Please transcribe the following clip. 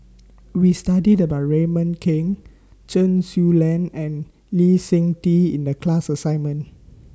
We studied about Raymond Kang Chen Su Lan and Lee Seng Tee in The class assignment